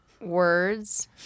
words